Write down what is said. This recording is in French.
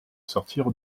sortirent